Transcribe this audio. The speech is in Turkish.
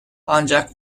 ancak